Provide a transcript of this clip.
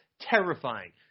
terrifying